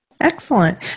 Excellent